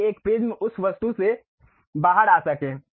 ताकि एक प्रिज्म उस वस्तु से बाहर आ सके